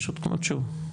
פשוט כמות שהוא,